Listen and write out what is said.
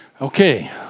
okay